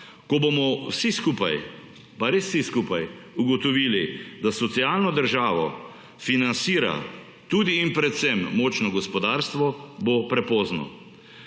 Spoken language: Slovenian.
Ko bomo vsi skupaj, pa res vsi skupaj, ugotovili, da socialno državo financira tudi in predvsem močno gospodarstvo, bo prepozno.